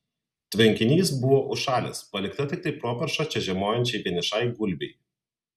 tvenkinys buvo užšalęs palikta tiktai properša čia žiemojančiai vienišai gulbei